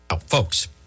folks